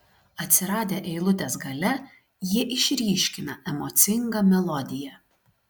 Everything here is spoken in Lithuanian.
atsiradę eilutės gale jie išryškina emocingą melodiją